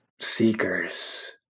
seekers